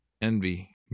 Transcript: envy